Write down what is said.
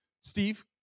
Steve